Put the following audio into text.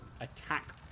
attack